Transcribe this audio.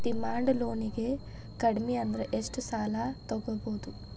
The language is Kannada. ಡಿಮಾಂಡ್ ಲೊನಿಗೆ ಕಡ್ಮಿಅಂದ್ರ ಎಷ್ಟ್ ಸಾಲಾ ತಗೊಬೊದು?